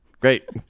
Great